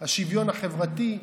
השוויון החברתי?